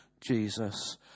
Jesus